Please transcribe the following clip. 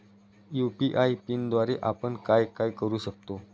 UPI पिनद्वारे आपण काय काय करु शकतो?